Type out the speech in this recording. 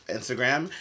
Instagram